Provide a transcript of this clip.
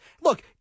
Look